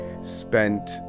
spent